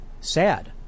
sad